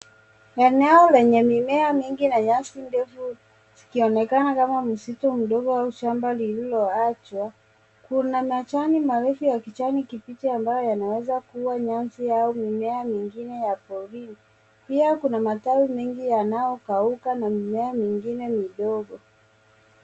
Eneo lenye mimea mingi na nyasi ndefu zikionekana kama msitu mdogo au shamba lililoachwa. Kuna majani marefu ya kijani kibichi ambayo yanaweza kuwa nyasi au mimea mingine ya porini. Pia kuna matawi mengi yanayokauka na mimea mingine midogo.